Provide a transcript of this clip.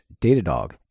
datadog